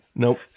Nope